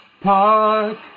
Park